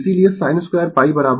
इसीलिए sin 21 cos22